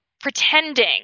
pretending